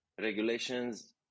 regulations